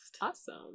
Awesome